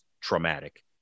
traumatic